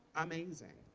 amazing.